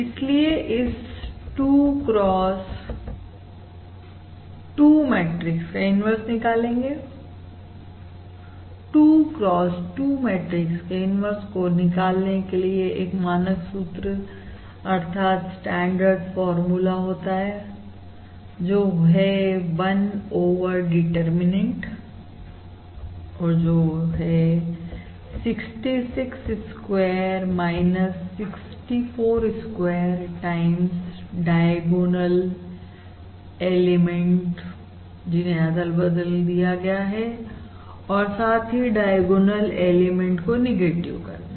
इसलिए इस 2 cross 2 matrix का इन्वर्स निकालेंगे 2 cross 2 मैट्रिक्स के इन्वर्स को निकालने के लिए एक मानक सूत्र होता है जो है 1 ओवर डिटर्मिननेंट और जो है 66 square 64 square time diagonal element की अदला बदली और साथ ही डायगोनल एलिमेंट को नेगेटिव करना